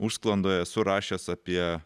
užsklandoje esu rašęs apie